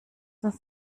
uns